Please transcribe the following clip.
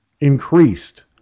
increased